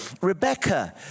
Rebecca